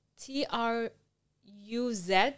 T-R-U-Z